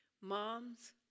Moms